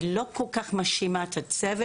אני לא כל כך מאשימה את הצוות,